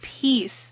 peace